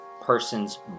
person's